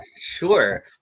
Sure